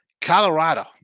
Colorado